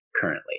currently